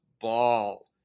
ball